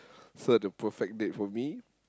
so the perfect date for me